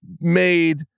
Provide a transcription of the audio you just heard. made